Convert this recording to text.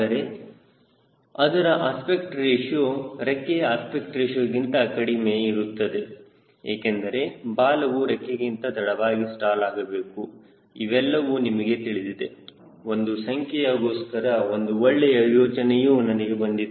ಆದರೆ ಅದರ aspect ratio ರೆಕ್ಕೆಯ ಅಸ್ಪೆಕ್ಟ್ ರೇಶಿಯೋ ಗಿಂತ ಕಡಿಮೆ ಕಡಿಮೆ ಆಗಿರಬೇಕು ಏಕೆಂದರೆ ಬಾಲವು ರೆಕ್ಕೆಗಿಂತ ತಡವಾಗಿ ಸ್ಟಾಲ್ ಆಗಬೇಕು ಇವೆಲ್ಲವೂ ನಿಮಗೆ ತಿಳಿದಿದೆ ಒಂದು ಸಂಖ್ಯೆಯ ಗೋಸ್ಕರ ಒಂದು ಒಳ್ಳೆಯ ಯೋಚನೆಯೂ ನನಗೆ ಬಂದಿದೆ